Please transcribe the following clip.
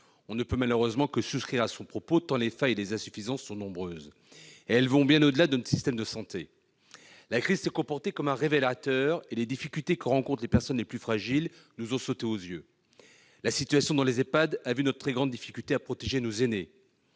On ne peut malheureusement que souscrire à son propos tant les failles et les insuffisances sont nombreuses. Elles vont bien au-delà de notre système de santé. La crise s'est comportée comme un révélateur et les difficultés que rencontrent les personnes les plus fragiles nous ont sauté aux yeux. La situation dans les Ehpad a témoigné de notre très grande difficulté à protéger nos aînés.